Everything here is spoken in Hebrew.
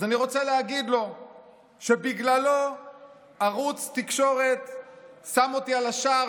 אז אני רוצה להגיד לו שבגללו ערוץ תקשורת שם אותי על השער